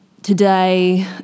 Today